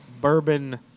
Bourbon